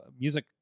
music